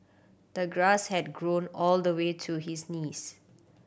the grass had grown all the way to his knees